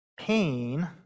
pain